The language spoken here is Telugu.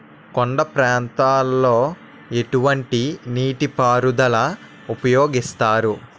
కొండ ప్రాంతాల్లో ఎటువంటి నీటి పారుదల ఉపయోగిస్తారు?